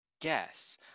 guess